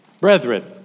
Brethren